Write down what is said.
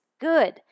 good